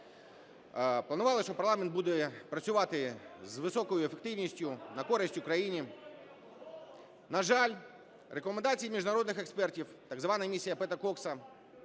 планували, що парламент буде працювати з високою ефективністю на користь Україні. На жаль, рекомендації міжнародних експертів, так звана Місія Пета Кокса,